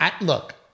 look